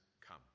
come